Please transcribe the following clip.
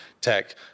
tech